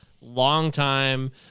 longtime